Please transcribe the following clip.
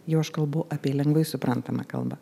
jau aš kalbu apie lengvai suprantamą kalbą